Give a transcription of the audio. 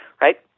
right